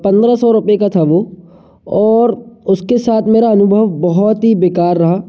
पंद्रह सौ रुपये का था वो और उसके साथ मेरा अनुभव बहुत ही बेकार रहा